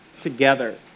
together